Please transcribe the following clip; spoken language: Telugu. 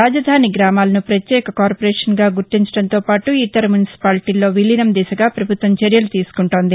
రాజధాని గ్రామాలను ప్రత్యేక కార్పొరేషన్గా గుర్తించడంతో పాటు ఇతర మునిసిపాలిటీల్లో విలీనం దిశగా ప్రభుత్వం చర్యలు తీసుకుంటోంది